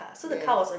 yes